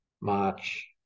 March